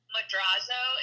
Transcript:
Madrazo